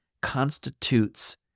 constitutes